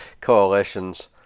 coalitions